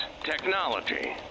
technology